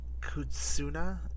Kutsuna